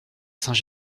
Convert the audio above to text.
saint